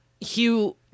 Hugh